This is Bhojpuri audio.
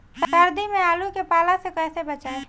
सर्दी में आलू के पाला से कैसे बचावें?